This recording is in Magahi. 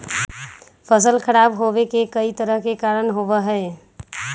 फसल खराब होवे के कई तरह के कारण होबा हई